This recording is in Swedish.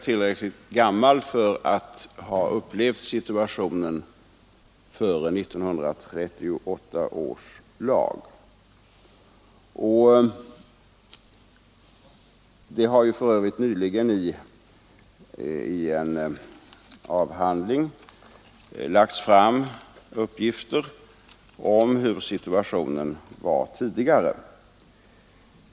Jag är tillräckligt gammal för att ha upplevt situationen före 1938 års lag. Det har för övrigt nyligen i en avhandling lagts fram uppgifter om det dåvarande läget.